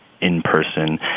in-person